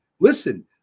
Listen